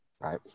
Right